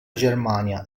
germania